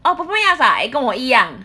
oh performing arts ah eh 跟我一样